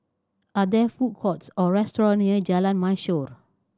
are there food courts or restaurant near Jalan Mashor